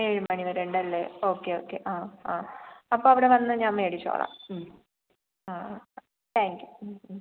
ഏഴ് മണി വരെ ഉണ്ടല്ലേ ഓക്കെ ഓക്കെ ആ ആ അപ്പം അവിടെ വന്ന് ഞാൻ മേടിച്ചോളാം ആ താങ്ക് യു